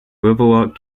riverwalk